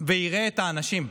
ויראה את האנשים,